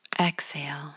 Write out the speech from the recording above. Exhale